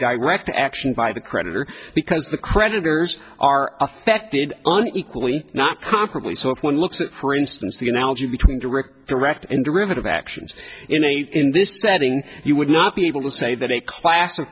direct action by the creditor because the creditors are affected and equally not comparably so if one looks at for instance the analogy between direct direct and derivative actions in a in this setting you would not be able to say that a class